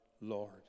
Lord